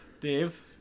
Dave